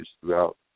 throughout